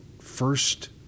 first